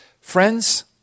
Friends